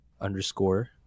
underscore